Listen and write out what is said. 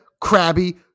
crabby